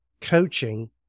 coaching